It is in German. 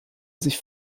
sich